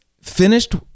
finished